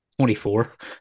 24